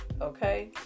okay